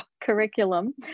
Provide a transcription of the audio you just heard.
curriculum